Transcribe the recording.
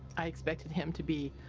i expected him to be